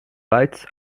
lights